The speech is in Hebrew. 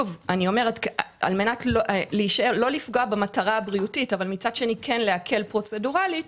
כדי לא לפגוע במטרה הבריאותית אבל כן להקל פרוצדורלית,